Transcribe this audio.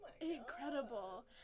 incredible